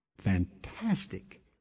fantastic